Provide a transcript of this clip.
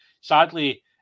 Sadly